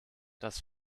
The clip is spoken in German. das